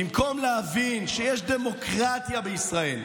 במקום להבין שיש דמוקרטיה בישראל,